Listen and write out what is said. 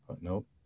Nope